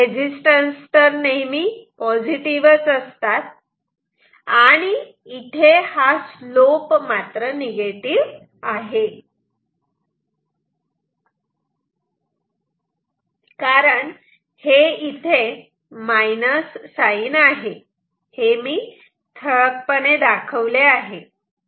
resistance तर पॉझिटिव्हच असतात आणि इथे स्लोप निगेटिव आहे कारण हे इथे मायनस साइन आहे हे मी ठळकपणे दाखवतो